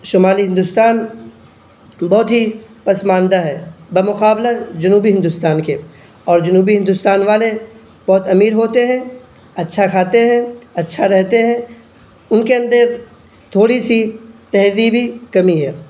شمالی ہندوستان بہت ہی پسماندہ ہے بمقابلہ جنوبی ہندوستان کے اور جنوبی ہندوستان والے بہت امیر ہوتے ہیں اچھا کھاتے ہیں اچھا رہتے ہیں ان کے اندر تھوڑی سی تہذیبی کمی ہے